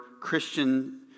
Christian